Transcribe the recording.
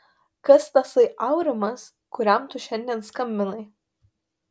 kas tasai aurimas kuriam tu šiandien skambinai